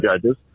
judges